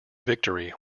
victory